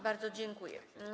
Bardzo dziękuję.